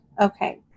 Okay